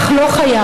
אך לא חייב.